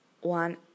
one